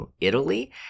Italy